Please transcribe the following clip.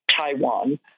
Taiwan